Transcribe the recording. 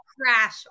crash